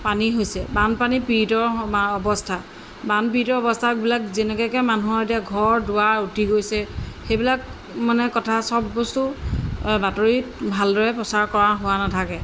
পানী হৈছে বানপানী পীড়িতৰ অৱস্থা বানপীড়িতৰ অৱস্থাবিলাক যেনেকৈ মানুহৰ এতিয়া ঘৰ দুৱাৰ উটি গৈছে সেইবিলাক মানে কথা চব বস্তু বাতৰিত ভালদৰে প্ৰচাৰ কৰা হোৱা নাথাকে